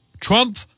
Trump